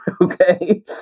Okay